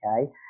okay